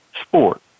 sport